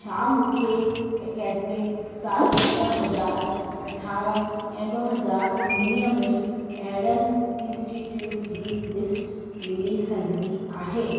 छा मूंखे ऐकडमिक सालि ॿ हज़ार अरिड़हं ऐं ॿ हज़ार उणिवीह में अहिड़नि इन्स्टिटयूट जी लिस्ट मिली सघंदी आहे